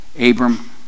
Abram